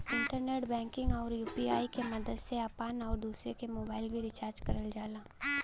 internet banking आउर UPI के मदद से आपन आउर दूसरे क मोबाइल भी रिचार्ज करल जाला